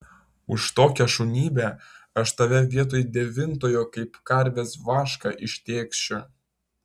už tokią šunybę aš tave vietoj devintojo kaip karvės vašką ištėkšiu